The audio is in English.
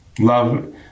Love